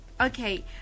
okay